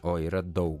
o yra daug